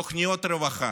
תוכניות רווחה.